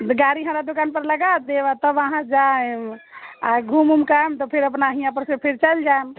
तऽ गाड़ी हमरा दुकान पर लगा देब तब अहाँ जाइम आ घुम ओमके आइम तऽ अपना हियाँ पर से फिर चलि जाइम